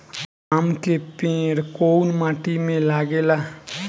आम के पेड़ कोउन माटी में लागे ला?